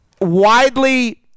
widely